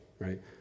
Right